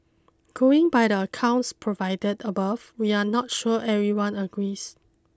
going by the accounts provided above we are not sure everyone agrees